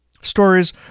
Stories